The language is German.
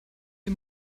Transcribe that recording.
wir